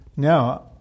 Now